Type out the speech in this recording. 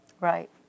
right